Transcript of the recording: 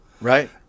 Right